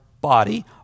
body